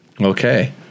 Okay